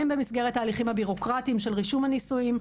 הן במסגרת התהליכים הבירוקרטים של רישום הנישואים,